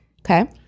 okay